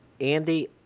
Andy